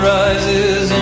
rises